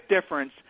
difference